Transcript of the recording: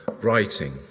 writing